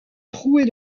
troué